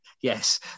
yes